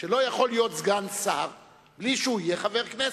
שלא יכול להיות סגן שר בלי שהוא יהיה חבר הכנסת.